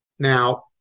Now